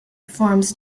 forms